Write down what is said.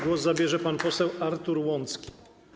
Głos zabierze pan poseł Artur Łącki.